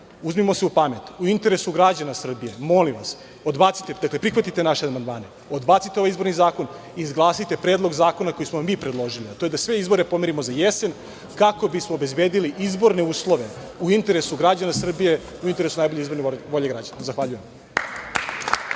uzmimo se u pamet. U interesu građana Srbije molim vas, odbacite, dakle prihvatite naše amandmane, odbacite ovaj izborni zakon, izglasajte Predlog zakona koji smo vam mi predložili, a to je da sve izbore pomerimo za jesen kako bismo obezbedili izborne uslove u interesu građana Srbije, u interesu izborne volje građana. Zahvaljujem.